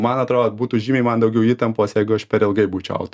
man atrodo būtų žymiai man daugiau įtampos jeigu aš per ilgai būčiau aut